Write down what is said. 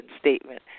statement